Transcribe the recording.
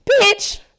bitch